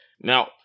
Now